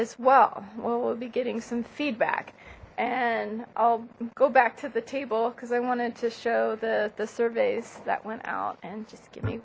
as well well we'll be getting some feedback and i'll go back to the table because i wanted to show the the surveys that went out and just give me